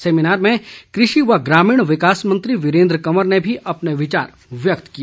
seminar में कृषि व ग्रामीण विकास मंत्री वीरेंद्र कंवर ने भी अपने विचार व्यक्त किए